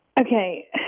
Okay